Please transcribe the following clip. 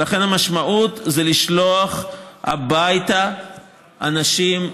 ולכן המשמעות היא לשלוח הביתה אנשים,